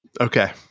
Okay